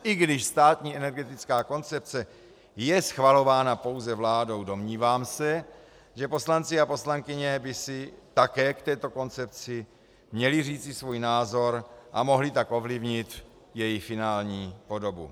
I když státní energetická koncepce je schvalována pouze vládou, domnívám se, že poslanci a poslankyně by si také k této koncepci měli říci svůj názor, a mohli tak ovlivnit její finální podobu.